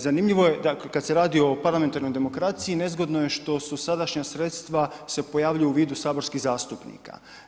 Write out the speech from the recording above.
Zanimljivo je da kad se radi o parlamentarnoj demokraciji nezgodno je što su sadašnja sredstva se pojavljuju u vidu saborskih zastupnika.